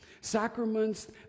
sacraments